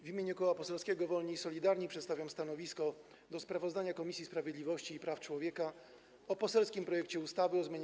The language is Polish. W imieniu Koła Poselskiego Wolni i Solidarni przedstawiam stanowisko wobec sprawozdania Komisji Sprawiedliwości i Praw Człowieka o poselskim projekcie ustawy o zmianie